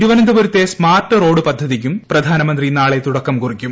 തിരുവനന്തപുരത്തെ smart road പദ്ധതിക്കും പ്രധാനമന്ത്രി നാളെ തുടക്കം കുറിക്കും